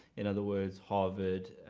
in other words, harvard,